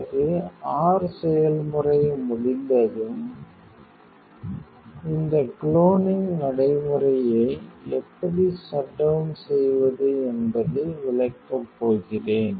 பிறகு r செயல்முறை முடிந்ததும் இந்த குளோசிங் நடைமுறையை எப்படி ஷட் டௌன் செய்வது என்பதை விளக்கப் போகிறேன்